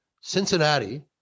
Cincinnati